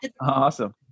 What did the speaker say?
Awesome